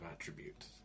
attributes